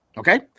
Okay